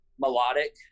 melodic